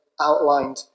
outlined